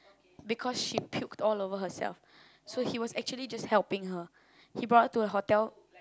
because she puked all over herself so he was actually just helping her he brought her to a hotel